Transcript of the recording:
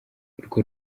urwo